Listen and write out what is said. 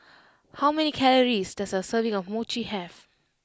how many calories does a serving of Mochi have